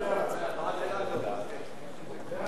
את הצעת חוק הבנקאות (שירות ללקוח) (תיקון,